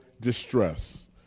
distress